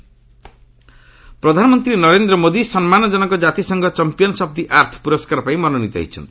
PM award ପ୍ରଧାନମନ୍ତ୍ରୀ ନରେନ୍ଦ୍ର ମୋଦି ସମ୍ମାନଜନକ ଜାତିସଂଘ 'ଚମ୍ପିୟନ୍ ଅଫ୍ ଦି ଆର୍ଥ' ପୁରସ୍କାର ପାଇଁ ମନୋନିତ ହୋଇଛନ୍ତି